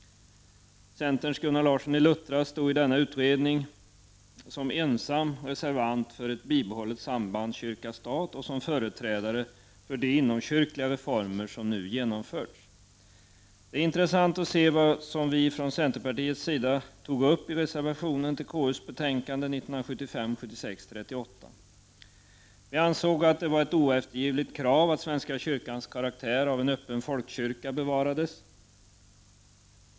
Centerns Gunnar Larsson i Luttra stod i denna utredning som ensam reservant för ett bibehållet samband kyrka-stat och som företrädare för de inomkyrkliga reformer som nu genomförts. Det är intressant att se vad som vi från centerpartiets sida tog upp i reservationen till KU:s betänkande 1975/76:38. Vi ansåg att det var ett oeftergivligt krav att svenska kyrkans karaktär av öppen folkkyrka bevarades.